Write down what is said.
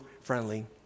friendly